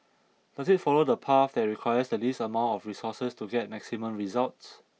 does it follow the path that requires the least amount of resources to get maximum results